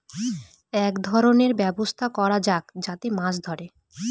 এক ধরনের ব্যবস্থা করা যাক যাতে মাছ ধরে